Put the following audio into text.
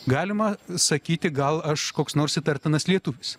galima sakyti gal aš koks nors įtartinas lietuvis